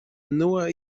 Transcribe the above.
nua